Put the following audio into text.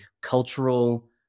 cultural